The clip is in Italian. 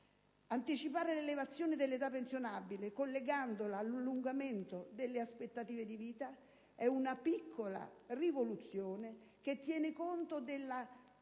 Anticipare l'elevazione dell'età pensionabile, collegandola all'allungamento delle aspettative di vita è una piccola rivoluzione che tiene conto del